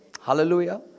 Hallelujah